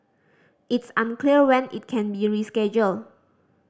it's unclear when it can be rescheduled